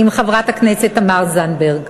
עם חברת הכנסת תמר זנדברג.